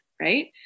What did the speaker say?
right